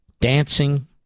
dancing